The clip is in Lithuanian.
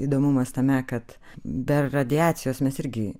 įdomumas tame kad be radiacijos mes irgi